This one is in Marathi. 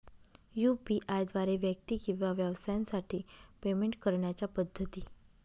यू.पी.आय द्वारे व्यक्ती किंवा व्यवसायांसाठी पेमेंट करण्याच्या पद्धती